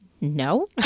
No